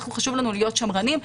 חשוב לנו להיות שמרנים,